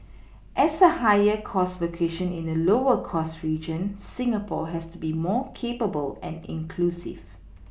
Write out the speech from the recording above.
as a higher cost location in a lower cost region Singapore has to be more capable and inclusive